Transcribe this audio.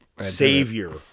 savior